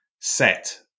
set